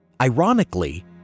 Ironically